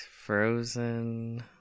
Frozen